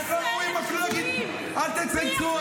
אבל אתם עושים את זה אלפי פעמים --- די כבר עם הצ'ופרים,